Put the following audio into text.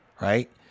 right